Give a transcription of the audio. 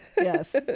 Yes